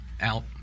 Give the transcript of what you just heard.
out